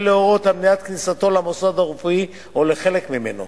להורות על מניעת כניסתו למוסד הרפואי או לחלק ממנו.